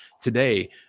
today